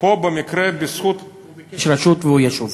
הוא ביקש רשות והוא ישוב.